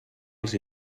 els